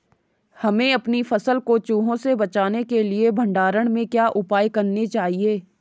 हमें अपनी फसल को चूहों से बचाने के लिए भंडारण में क्या उपाय करने चाहिए?